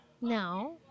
No